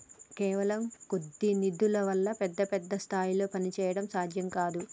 కేవలం కొద్ది నిధుల వల్ల పెద్ద పెద్ద స్థాయిల్లో పనిచేయడం సాధ్యం కాదు